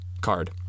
card